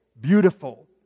beautiful